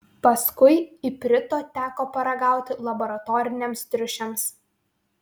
paskui iprito teko paragauti laboratoriniams triušiams